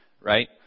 right